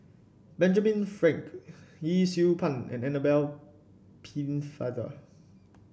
Benjamin Frank Yee Siew Pun and Annabel Pennefather